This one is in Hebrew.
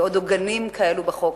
לעוד עוגנים כאלה בחוק,